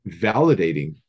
validating